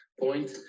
point